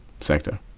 sector